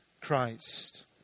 Christ